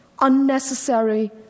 unnecessary